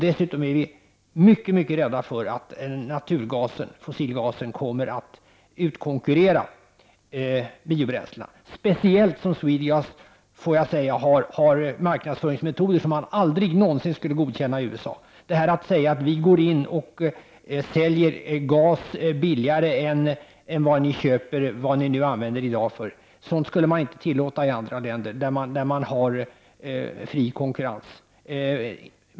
Dessutom är vi mycket mycket rädda för att fossilgasen kommer att konkurrera ut biobränslena, speciellt som SwedeGas — låt mig säga det — använder marknadsföringsmetoder som aldrig någonsin skulle godkännas i USA. Vi säljer gas billigare än den energi ni köper i dag! — sådant skulle inte tillåtas i andra länder där det råder fri konkurrens.